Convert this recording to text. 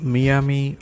Miami